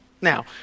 Now